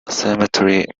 cemetery